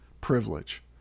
privilege